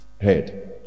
head